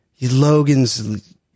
Logan's